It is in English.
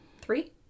Three